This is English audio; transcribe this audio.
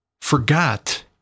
forgot